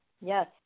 Yes